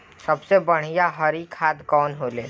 सबसे बढ़िया हरी खाद कवन होले?